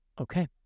Okay